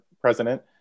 President